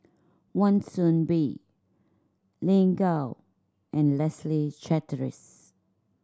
Wan Soon Bee Lin Gao and Leslie Charteris